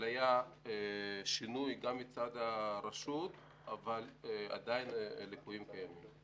היה שינוי גם מצד הרשות אבל עדיין ליקויים קיימים.